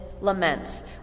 laments